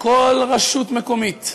כל רשות מקומית,